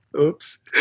oops